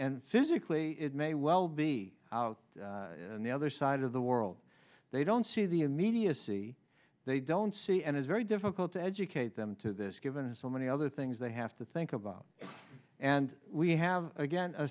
and physically it may well be out on the other side of the world they don't see the immediacy they don't see and it's very difficult to educate them to this given so many other things they have to think about and we have again